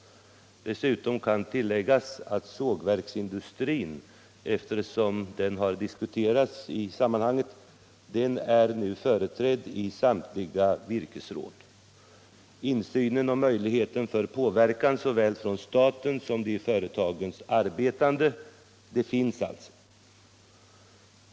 Vidare kan tilläggas att sågverksindustrin, som har diskuterats i sammanhanget, nu är företrädd i samtliga virkesråd. Insyn och möjligheter till påverkan finns alltså såväl för staten som för dem som arbetar i företagen.